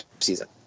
season